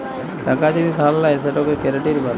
টাকা যদি ধার লেয় সেটকে কেরডিট ব্যলে